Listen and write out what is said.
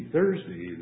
Thursday